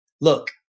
look